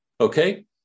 Okay